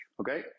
okay